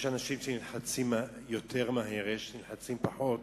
יש אנשים שנלחצים מהר יותר, יש נלחצים פחות,